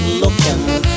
looking